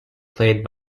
played